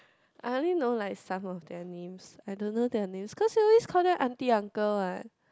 I only know like some of their names I don't know their names cause we always call them aunty uncle what